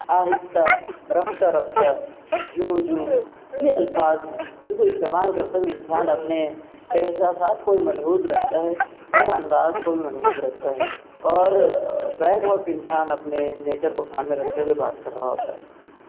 آہستہ رفتہ رفتہ جوں جوں یہ الفاظ ہیں جی کو استعمال کرتے ہوئے انسان اپنے احساسات کو بھی ملحوظ رکھتا ہے اور انداز کو بھی ملحوظ رکھتا ہے اور بیک وقت انسان اپنے نیچر کو سامنے رکھتے ہوئے بات کر رہا ہوتا ہے